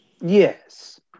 Yes